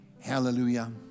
Hallelujah